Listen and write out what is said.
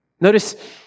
Notice